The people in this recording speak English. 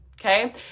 okay